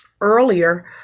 Earlier